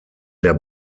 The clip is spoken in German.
der